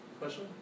Question